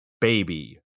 baby